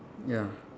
ya